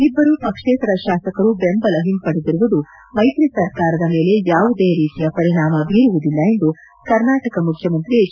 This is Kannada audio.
ಇಬ್ಬರು ಪಕ್ಷೇತರ ಶಾಸಕರು ಬೆಂಬಲ ಹಿಂಪಡೆದಿರುವುದು ಮೈತ್ರಿ ಸರ್ಕಾರದ ಮೇಲೆ ಯಾವುದೇ ರೀತಿಯ ಪರಿಣಾಮ ಬೀರುವುದಿಲ್ಲ ಎಂದು ಕರ್ನಾಟಕ ಮುಖ್ಯಮಂತ್ರಿ ಎಚ್